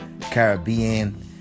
Caribbean